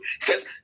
says